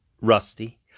rusty